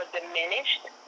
diminished